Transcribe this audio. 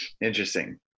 Interesting